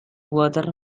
water